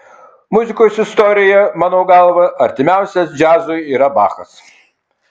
muzikos istorijoje mano galva artimiausias džiazui yra bachas